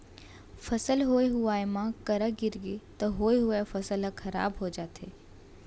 फसल होए हुवाए म करा गिरगे त होए हुवाए फसल ह खराब हो जाथे